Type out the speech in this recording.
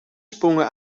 sprongen